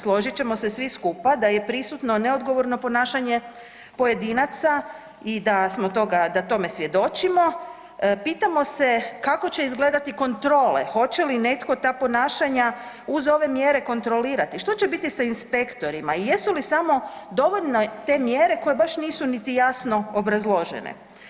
Složit ćemo se svi skupa da je prisutno neodgovorno ponašanje pojedinaca i da smo toga, da tome svjedočimo, pitamo se kako će izgledati kontrole, hoće li netko ta ponašanja uz ove mjere kontrolirati, što će biti sa inspektorima i jesu li samo dovoljne te mjere koje baš nisu niti jasno obrazložene.